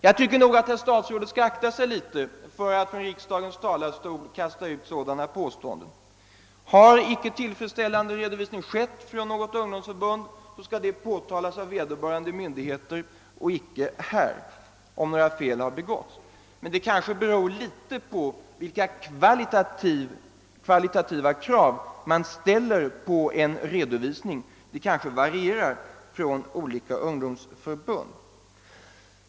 Jag tycker nog att statsrådet bör akta sig litet för att från riksdagens talarstol kasta ut sådana påståenden. Har icke tillfredsställande redovisning skett från något ungdomsförbund, så skall det påtalas av vederbörande myndigheter och inte här. Men de kvalitativa kraven på redovisningar kanske varierar, beroende på vilket ungdomsförbund det gäller.